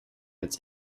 its